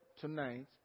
tonight